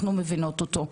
אנו מבינות אותו.